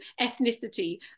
ethnicity